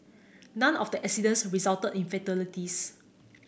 none of the accidents resulted in fatalities